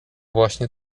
właśnie